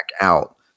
out